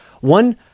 one